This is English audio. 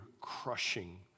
crushing